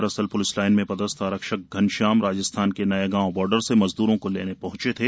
दरअसल police line में पदस्थ आरक्षक घनश्याम राजस्थान के नयागांव बॉर्डर से मजदूरों को लेने पहंचे थे